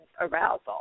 arousal